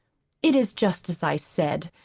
it is just as i said,